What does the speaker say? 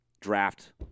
draft